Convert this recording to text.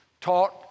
taught